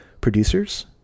Producers